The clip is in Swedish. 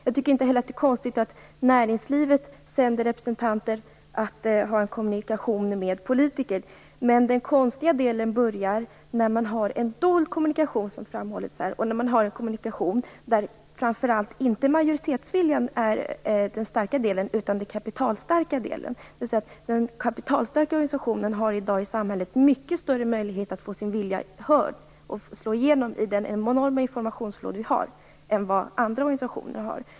Jag tycker inte heller att det är konstigt att näringslivet sänder representanter att ha en kommunikation med politiker. Men den konstiga delen börjar när man har en dold kommunikation, som har framhållits här, och framför allt när man har en kommunikation där det inte är majoritetsviljan, utan den kapitalstarka delen som är den starka parten. En kapitalstark organisation har i dag mycket större möjlighet än andra organisationer att få sin vilja hörd i samhället och slå igenom i den enorma informationsfloden.